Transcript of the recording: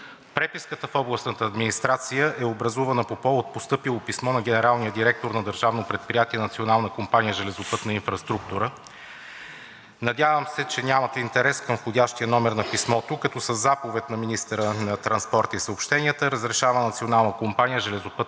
Преписката в Областната администрация е образувана по повод постъпило писмо на генералния директор на Държавно предприятие Национална компания „Железопътна инфраструктура“. Надявам се, че нямате интерес към входящия номер на писмото, като със заповед на министър на транспорта и съобщенията разрешава на Национална компания „Железопътна инфраструктура“